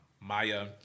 Maya